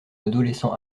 adolescent